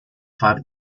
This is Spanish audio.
five